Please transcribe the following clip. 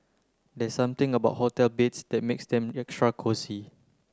there's something about hotel beds that makes them extra cosy